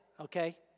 Okay